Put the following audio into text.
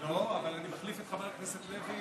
לא, אבל אני מחליף את חבר הכנסת לוי.